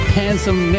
handsome